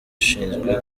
ushinzwe